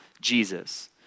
Jesus